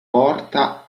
porta